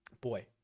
Boy